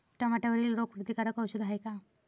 टमाट्यावरील रोग प्रतीकारक औषध हाये का?